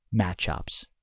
matchups